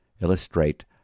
illustrate